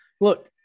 Look